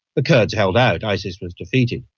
the kurds held out, isis was defeated,